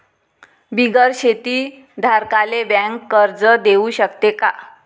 बिगर शेती धारकाले बँक कर्ज देऊ शकते का?